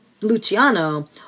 Luciano